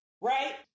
right